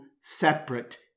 separate